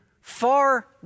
far